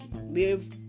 live